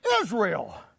Israel